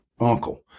uncle